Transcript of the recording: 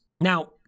Now